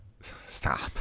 stop